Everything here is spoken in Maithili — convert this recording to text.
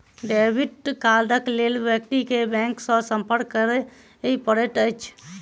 डेबिट कार्डक लेल व्यक्ति के बैंक सॅ संपर्क करय पड़ैत अछि